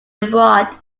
abroad